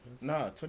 No